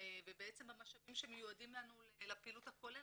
ובעצם המשאבים שמיועדים לנו לפעילות הכוללת,